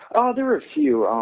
ah there are a few. ah